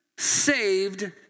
saved